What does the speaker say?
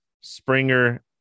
Springer